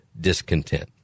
discontent